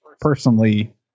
personally